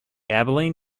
abilene